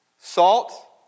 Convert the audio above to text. salt